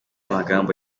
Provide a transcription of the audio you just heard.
magambo